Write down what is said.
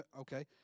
Okay